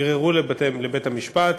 ערערו לבית-המשפט,